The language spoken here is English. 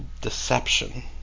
deception